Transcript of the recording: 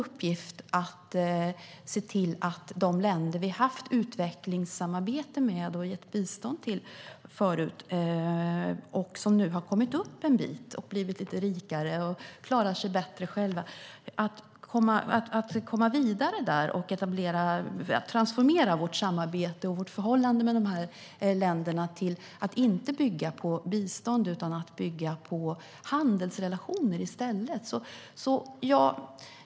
När det gäller de länder som vi har haft utvecklingssamarbete med och gett bistånd till förut och som nu har kommit upp en bit, blivit lite rikare och klarar sig bättre själva har vi en stor uppgift att hjälpa dem att komma vidare och transformera vårt samarbete och vårt förhållande med dem till att inte bygga på bistånd utan i stället på handelsrelationer.